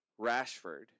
Rashford